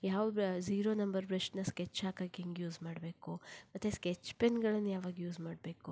ಯಾವ ಬ್ರ zero number ಬ್ರಷ್ಷನ್ನು ಸ್ಕೆಚ್ ಹಾಕಕ್ಕೆ ಹೇಗೆ ಯೂಸ್ ಮಾಡಬೇಕು ಮತ್ತು ಸ್ಕೆಚ್ ಪೆನ್ಗಳನ್ನು ಯಾವಾಗ ಯೂಸ್ ಮಾಡಬೇಕು